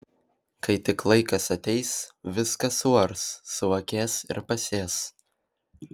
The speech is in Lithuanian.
kai tik laikas ateis viską suars suakės ir pasės